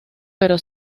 pero